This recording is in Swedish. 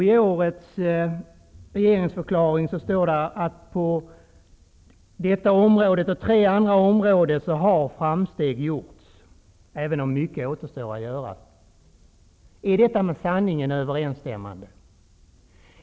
I årets regeringsförklaring står det att på detta område och på tre andra områden har framsteg gjorts, även om mycket återstår att göra. Är detta med sanningen överensstämmande?